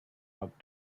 ought